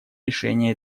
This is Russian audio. решения